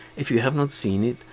if you have not seen it,